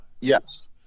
Yes